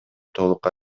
толук